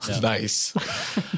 Nice